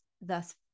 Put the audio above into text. thus